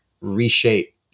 reshape